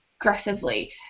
aggressively